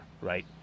right